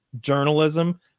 journalism